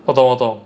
我懂我懂